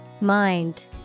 Mind